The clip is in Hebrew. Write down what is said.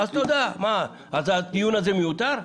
אז הדיון הזה מיותר?